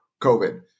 COVID